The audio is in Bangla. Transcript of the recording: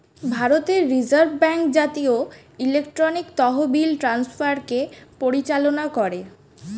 ভারতের রিজার্ভ ব্যাঙ্ক জাতীয় ইলেকট্রনিক তহবিল ট্রান্সফারকে পরিচালনা করে